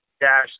dash